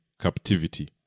captivity